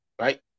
Right